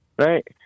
Right